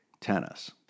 tennis